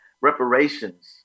Reparations